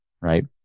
right